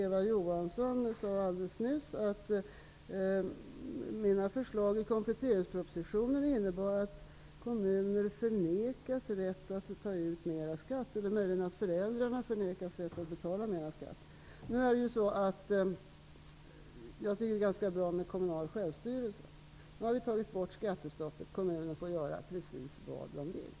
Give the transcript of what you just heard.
Eva Johansson sade alldeles nyss att mina förslag i kompletteringspropositionen innebär att kommuner förnekas rätt att ta ut mera skatt eller möjligen att föräldrarna förnekas rätt att betala mera skatt. Jag tycker att det är ganska bra med kommunal självstyrelse. Nu har vi tagit bort skattestoppet. Kommunerna får göra precis vad de vill.